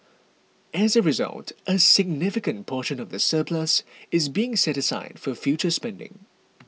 as a result a significant portion of the surplus is being set aside for future spending